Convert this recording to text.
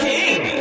king